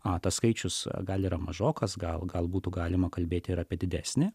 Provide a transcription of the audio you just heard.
atas skaičius gal ir mažokas gal gal būtų galima kalbėti ir apie didesnę